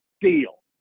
deal